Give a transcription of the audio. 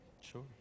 Sure